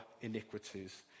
iniquities